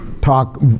talk